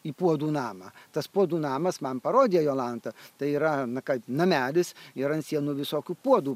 į puodų namą tas puodų namas man parodė jolanta tai yra kad namelis ir ant sienų visokių puodų